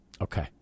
Okay